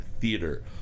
Theater